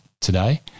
today